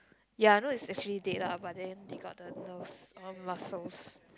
ya I know is actually dead lah but then they got the nerves all muscles